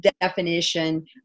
definition